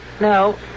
no